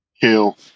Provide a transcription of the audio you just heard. kill